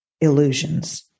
illusions